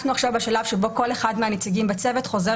אנחנו עכשיו בשלב שבו כל אחד מהנציגים בצוות חוזר